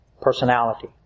personality